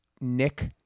Nick